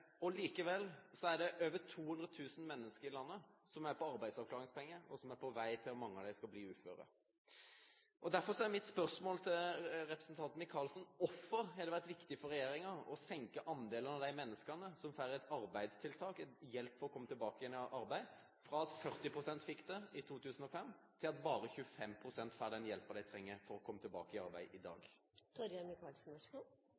gjøre. Likevel er det over 200 000 mennesker i dette landet som er på arbeidsavklaringspenger, og mange av dem er på vei til å bli uføre. Derfor er mitt spørsmål til representanten Micaelsen: Hvorfor har det vært viktig for regjeringen å senke andelen mennesker som får arbeidstiltak – hjelp til å komme tilbake igjen til arbeid – fra at 40 pst. fikk det i 2005, til at bare 25 pst. får den hjelpen de trenger for å komme tilbake i arbeid i